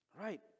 Right